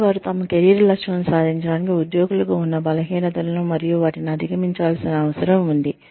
కానీ వారు తమ కెరీర్ లక్ష్యాలను సాధించడానికి ఉద్యోగులకు ఉన్న బలహీనతలను మరియు వాటిని అధిగమించాల్సిన అవసరం ఉంది